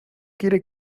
quiere